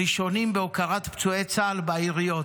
ראשונים בהוקרת פצועי צה"ל בעיריות.